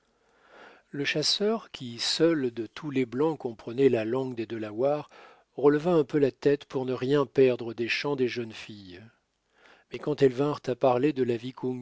le chasseur qui seul de tous les blancs comprenait la langue des delawares releva un peu la tête pour ne rien perdre des chants des jeunes filles mais quand elles vinrent à parler de la